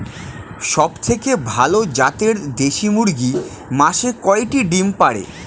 সবথেকে ভালো জাতের দেশি মুরগি মাসে কয়টি ডিম পাড়ে?